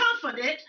confident